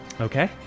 okay